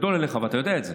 גדול אליך, ואתה יודע את זה,